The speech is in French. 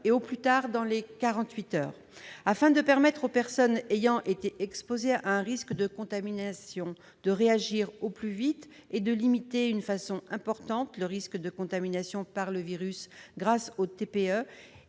et au plus tard dans les quarante-huit heures. Afin de permettre aux personnes ayant été exposées à un risque de contamination de réagir au plus vite et de limiter de façon importante le risque de contamination par le virus, grâce au TPE,